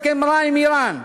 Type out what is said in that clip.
הסכם רע עם איראן.